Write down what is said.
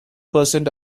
percent